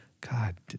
God